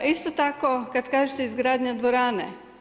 Isto tako kada kažete izgradnja dvorane.